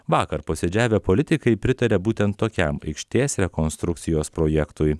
vakar posėdžiavę politikai pritarė būtent tokiam aikštės rekonstrukcijos projektui